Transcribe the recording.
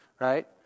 right